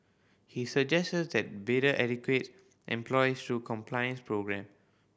he suggested that bidder educate employees through compliance programme